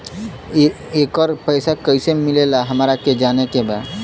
येकर पैसा कैसे मिलेला हमरा के जाने के बा?